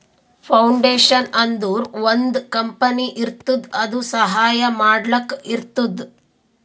foundation ಅಂದುರ್ ಒಂದ್ company ಇರ್ತುದ್ ಅದು ಸಹಾಯ ಮಾಡ್ಲಕ್ ಇರ್ತುದ್